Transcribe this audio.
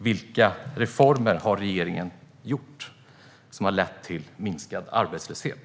Vilka reformer har regeringen gjort som har lett till minskad arbetslöshet?